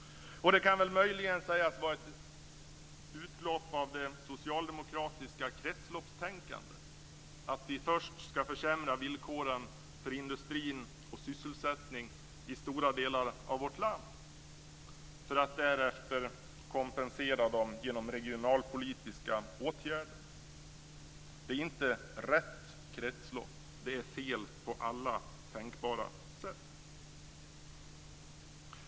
Det kan möjligen sägas vara ett uttryck för det socialdemokratiska kretsloppstänkandet att vi först ska försämra villkoren för industrin och sysselsättningen i stora delar av vårt land, för att därefter kompensera genom regionalpolitiska åtgärder. Det är inte rätt kretslopp. Det är fel på alla tänkbara sätt.